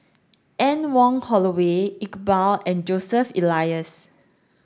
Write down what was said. Anne Wong Holloway Iqbal and Joseph Elias